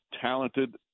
talented